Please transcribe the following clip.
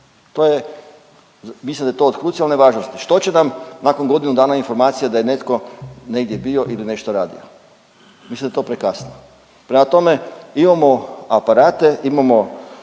mislim da je to od krucijalne važnosti. Što će nam nakon godinu dana informacija da je netko negdje bio ili nešto radio? Mislim da je to prekasno. Prema tome, imamo aparate, imamo